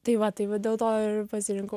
tai va tai va dėl to ir pasirinkau